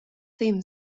theme